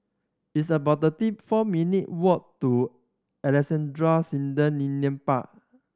it's about thirty four minute walk to Alexandra Canal Linear Park